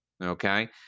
Okay